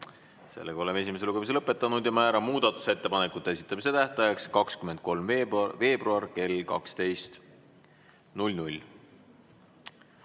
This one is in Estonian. lõpetada. Oleme esimese lugemise lõpetanud. Määran muudatusettepanekute esitamise tähtajaks 23. veebruari kell 12.